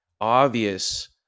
obvious